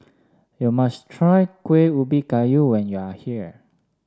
you must try Kuih Ubi Kayu when you are here